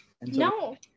No